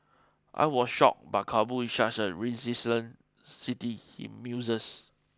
I was shocked but Kabul is such a resilient city he muses